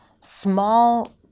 small